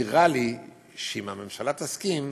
נראה לי שאם הממשלה תסכים,